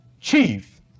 chief